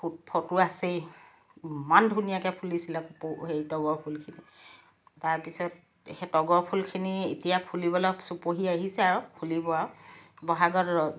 ফু ফটো আছেই ইমান ধুনীয়াকৈ ফুলিছিলে হেৰি তগৰ ফুলখিনি তাৰপিছত সেই তগৰ ফুলখিনি এতিয়া ফুলিবলৈ চুপহি আহিছে আৰু ফুলিব আৰু বহাগত